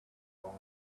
long